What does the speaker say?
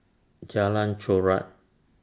Jalan Chorak